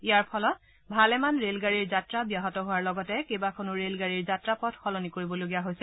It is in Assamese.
ইয়াৰ ফলত ভালেমান ৰেল গাড়ীৰ যাত্ৰা ব্যাহত হোৱাৰ লগতে কেইবাখনো ৰেলগাড়ীৰ যাত্ৰা পথ সলনি কৰিবলগীয়া হৈছে